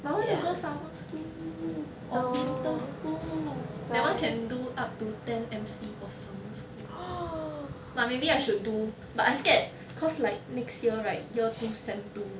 I wanna go summer school or winter school that [one] can do up to ten M_C for summer school but maybe I should do but I scared cause like next year right year two sem two